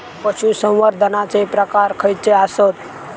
पशुसंवर्धनाचे प्रकार खयचे आसत?